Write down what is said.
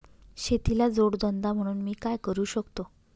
शेतीला जोड धंदा म्हणून मी काय करु शकतो?